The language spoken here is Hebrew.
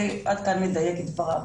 עד כאן לדייק את דבריו.